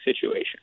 situation